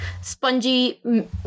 spongy